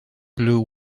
blue